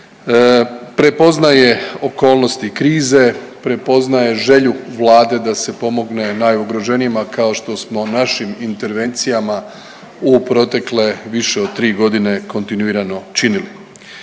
prepoznaje okolnosti krize, prepoznaje želju Vlade da se pomogne najugroženijima kao što smo našim intervencijama u protekle više od tri godine kontinuirano činili.